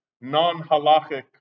non-halachic